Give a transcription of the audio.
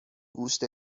گوشت